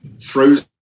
throws